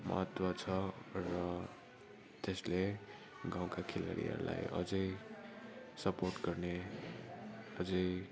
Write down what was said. महत्त्व छ र त्यसले गाउँका खेलाडीहरूलाई अझै सपोर्ट गर्ने अझै